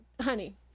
honey